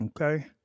okay